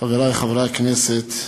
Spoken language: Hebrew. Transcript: חברי חברי הכנסת,